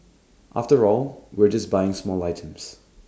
after all we're just buying small items